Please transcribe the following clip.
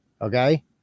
Okay